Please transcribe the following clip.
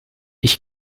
ich